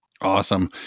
Awesome